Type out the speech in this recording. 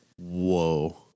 Whoa